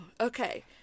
okay